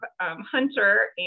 hunter